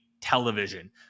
television